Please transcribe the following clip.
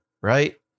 right